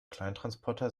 kleintransporter